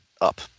up